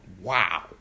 wow